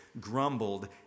grumbled